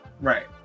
right